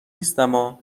نیستما